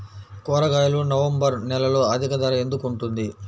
కూరగాయలు నవంబర్ నెలలో అధిక ధర ఎందుకు ఉంటుంది?